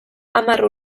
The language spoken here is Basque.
hamar